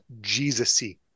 Jesus-y